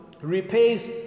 repays